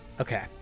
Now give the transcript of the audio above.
Okay